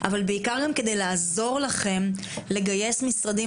אבל בעיקר גם כדי לעזור לכן לגייס משרדים